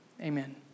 Amen